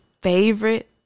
favorite